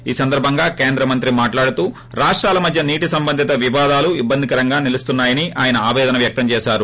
ఈ సందర్బంగా కేంద్ర మంత్రి మాట్లాడుతూ రాష్టాల మధ్య నీటి సంబంధిత వివాదాలు ఇబ్బందికరంగా నిలుస్తున్నాయని ఆయన ఆవేదన వ్యక్తం చేశారు